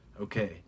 okay